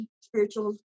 spiritual